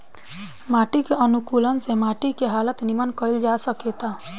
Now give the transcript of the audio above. माटी के अनुकूलक से माटी के हालत निमन कईल जा सकेता